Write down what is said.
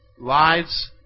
lives